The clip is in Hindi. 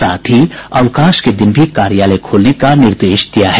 साथ ही अवकाश के दिन भी कार्यालय खोलने का निर्देश दिया है